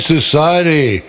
Society